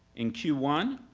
in q one,